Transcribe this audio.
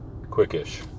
quickish